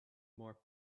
more